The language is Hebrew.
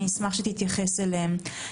שאני אשמח אם תתייחס אליהם.